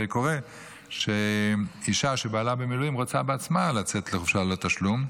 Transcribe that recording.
הרי קורה שאישה שבעלה במילואים רוצה בעצמה לצאת לחופשה ללא תשלום,